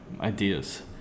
ideas